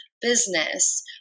business